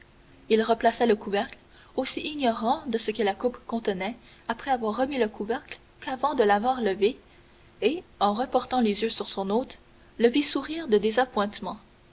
il replaça le couvercle aussi ignorant de ce que la coupe contenait après avoir remis le couvercle qu'avant de l'avoir levé et en reportant les yeux sur son hôte il le vit sourire de